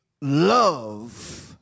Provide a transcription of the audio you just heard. love